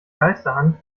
geisterhand